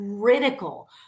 critical